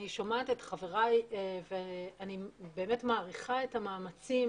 אני שומעת את חבריי ואני באמת מעריכה את המאמצים